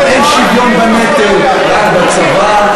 אין שוויון בנטל רק בצבא,